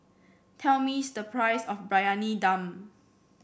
tell Miss the price of Briyani Dum